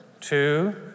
two